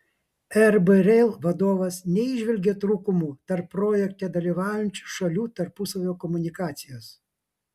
rb rail vadovas neįžvelgė trūkumų tarp projekte dalyvaujančių šalių tarpusavio komunikacijos